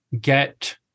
get